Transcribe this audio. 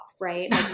Right